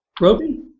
Roby